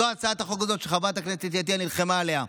זו הצעת החוק שחברת הכנסת אתי עטייה נלחמה עליה,